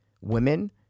women